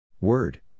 Word